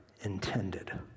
intended